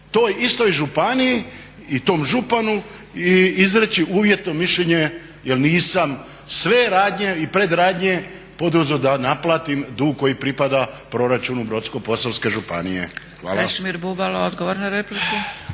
toj istoj županiji i tom županu izreći uvjetno mišljenje jer nisam sve radnje i predradnje poduzeo da naplatim dug koji pripada proračunu Brodsko-posavske županije. Hvala.